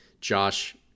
Josh